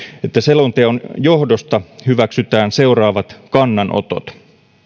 että selonteon johdosta hyväksytään seuraavat kannanotot